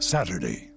Saturday